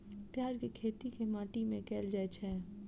प्याज केँ खेती केँ माटि मे कैल जाएँ छैय?